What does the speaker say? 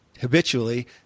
habitually